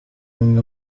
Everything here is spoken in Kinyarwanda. umwe